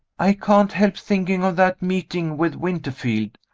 i can't help thinking of that meeting with winterfield.